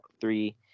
three